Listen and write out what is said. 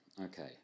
Okay